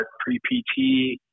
pre-PT